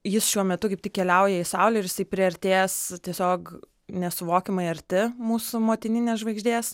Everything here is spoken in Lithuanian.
jis šiuo metu kaip tik keliauja į saulę ir jisai priartės tiesiog nesuvokiamai arti mūsų motininės žvaigždės